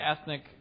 ethnic